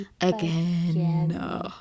again